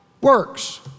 works